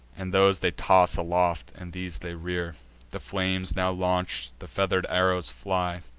and those they toss aloft, and these they rear the flames now launch'd, the feather'd arrows fly,